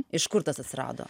iš kur tas atsirado